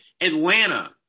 Atlanta